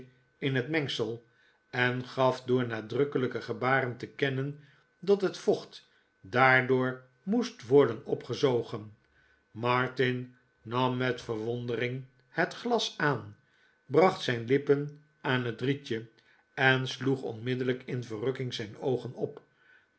in het mengsel en gaf door nadrukkelijke gebaren te kennen r dat het vocht daardoor moest worden opgezogen martin nam met verwondering het glas aan bracht zijn lippen aan het rietje en sloeg onmiddellijk in verrukking zijn oogen op